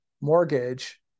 Mortgage